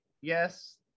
yes